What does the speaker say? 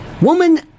Woman